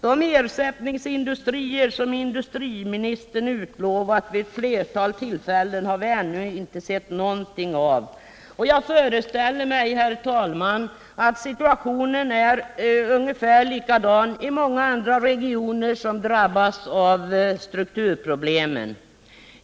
De ersättningsindustrier som industriministern utlovat vid ett flertal tillfällen har vi ännu inte sett något av, och jag föreställer mig, herr talman, att situationen är ungefär likadan i många andra regioner som drabbas av strukturproblemen.